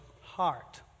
heart